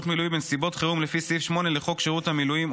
מילואים בנסיבות חירום לפי סעיף 8 לחוק שירות המילואים,